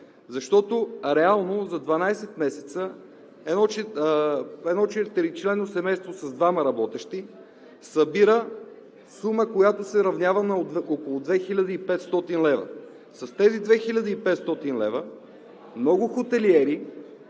Реално за 12 месеца едно четиричленно семейство с двама работещи събира сума, която се равнява на около 2500 лв. С тези 2500 лв. много хотелиери